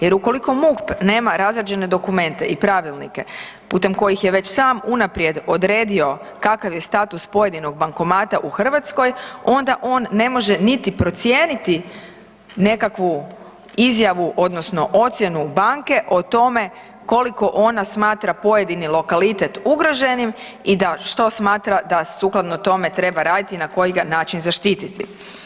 Jer ukoliko MUP nema razrađene dokumente i pravilnike putem kojih je već sam unaprijed odredio kakav je status pojedinog bankomata u Hrvatskoj, onda on ne može niti procijeniti nekakvu izjavu, odnosno ocjenu banke o tome koliko ona smatra pojedini lokalitet ugroženim i da što smatra da sukladno tome treba raditi na koji ga način zaštititi.